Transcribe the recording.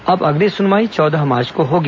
अब अगली सुनवाई चौदह मार्च को होगी